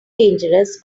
dangerous